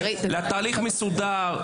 לתהליך מסודר.